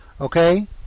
okay